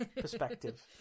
perspective